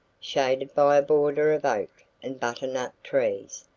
shaded by a border of oak and butternut trees,